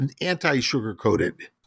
anti-sugar-coated